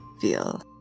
feel